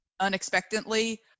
unexpectedly